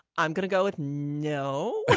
i'm gonna go it. no,